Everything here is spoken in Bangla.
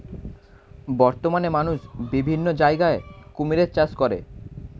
বর্তমানে মানুষ বিভিন্ন জায়গায় কুমিরের চাষ করে